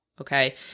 okay